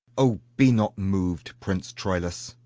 o, be not mov'd, prince troilus.